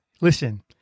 Listen